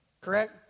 Correct